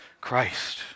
Christ